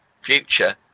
future